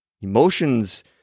Emotions